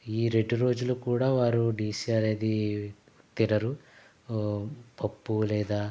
ఈ రెండు రోజులు కూడా వారు నీసు అనేది తినరు పప్పు లేదా